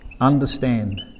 Understand